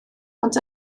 ond